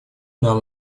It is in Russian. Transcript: нам